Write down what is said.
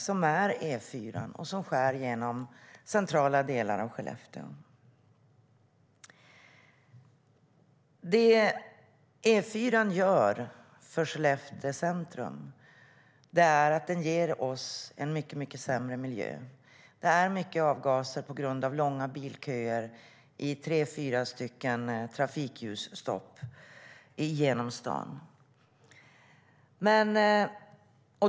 Det är E4:an, som skär igenom centrala delar av Skellefteå. Det E4:an gör för Skellefteås centrum är att ge oss en mycket sämre miljö. Det är mycket avgaser på grund av långa bilköer vid tre fyra trafikljusstopp i staden.